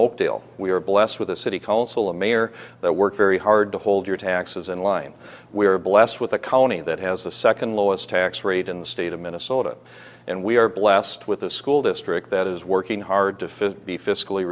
oakdale we are blessed with a city council a mayor that works very hard to hold your taxes in line we are blessed with a county that has the second lowest tax rate in the state of minnesota and we are blessed with a school district that is working hard to be fiscally